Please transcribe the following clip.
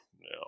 No